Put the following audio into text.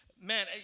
man